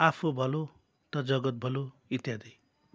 आफू भलो त जगत भलो इत्यादि